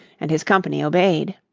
and his company obeyed.